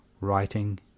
writing